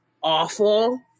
awful